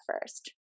first